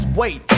wait